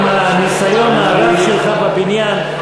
עם הניסיון הרב שלך בבניין,